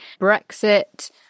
Brexit